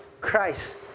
Christ